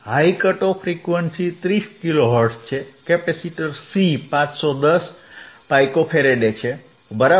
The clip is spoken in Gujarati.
high cut off frequency 30 kilo hertz છે કેપેસિટર C 510 પિકો ફેરેડે છે બરાબર